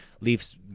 Leafs